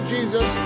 Jesus